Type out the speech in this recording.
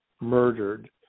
murdered